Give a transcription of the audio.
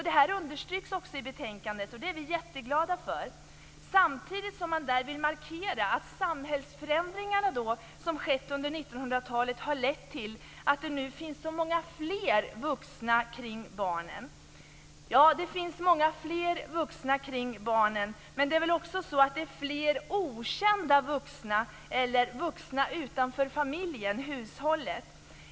Det här understryks också i betänkandet, och det är vi glada över. Samtidigt vill man där markera att de samhällsförändringar som har skett under 1900-talet har lett till att det nu finns många fler vuxna kring barnen. Ja, det finns många fler vuxna kring barnen, men det handlar väl om okända vuxna eller vuxna utanför familjen och hushållet.